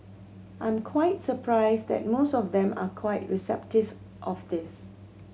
I'm quite surprised that most of them are quite of this